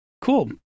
Cool